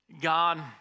God